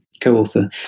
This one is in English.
co-author